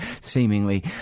seemingly